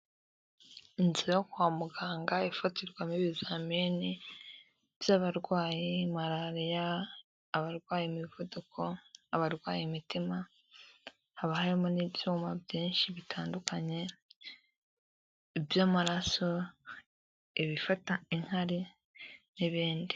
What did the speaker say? Inzira yo kwa muganga ifatirwamo ibizamini by'abarwayi, malariya, abarwaye imivuduko, abarwaye imitima, haba harimo n'ibyuma byinshi bitandukanye by'amaraso, ibifata inkari n'ibindi.